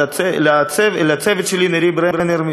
לצוות שלי: נרי ברנר,